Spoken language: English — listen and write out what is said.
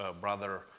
brother